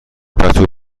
پتو